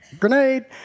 grenade